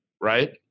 right